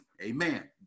Amen